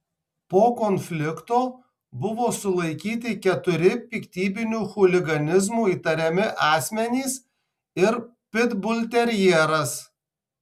po konflikto buvo sulaikyti keturi piktybiniu chuliganizmu įtariami asmenys ir pitbulterjeras